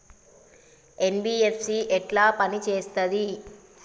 NBFC ఎట్ల పని చేత్తది?